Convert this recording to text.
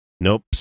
Nope